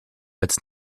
als